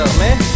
man